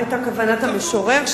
מה היתה כוונת המשורר?